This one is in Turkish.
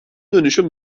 dönüşüm